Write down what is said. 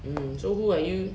mm so who are you